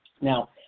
Now